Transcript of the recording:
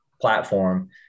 platform